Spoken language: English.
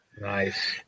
Nice